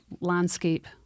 landscape